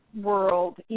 world